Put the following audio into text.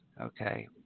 Okay